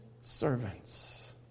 servants